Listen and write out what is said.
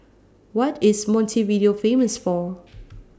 What IS Montevideo Famous For